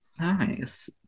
Nice